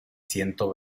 ciento